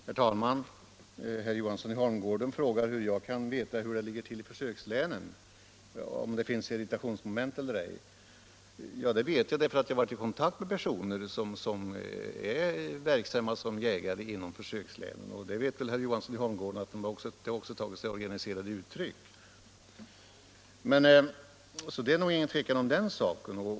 Herr talman! Herr Johansson i Holmgården frågar hur jag kan veta om det finns irritationsmoment eller ej ute i försökslänen. Ja, jag vet hur det ligger till eftersom jag har varit i kontakt med jägare inom försökslänen. Herr Johansson i Holmgården känner väl också till att missnöjet har tagit sig organiserade uttryck. Det är alltså inget tvivel om att det råder missnöje.